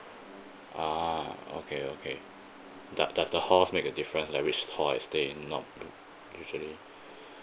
ah okay okay does does the halls make a difference like which hall I stay in not usually